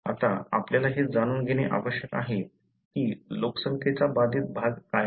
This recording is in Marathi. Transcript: आता आपल्याला हे जाणून घेणे आवश्यक आहे की लोकसंख्येचा बाधित भाग काय आहे